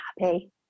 happy